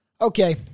Okay